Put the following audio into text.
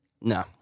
no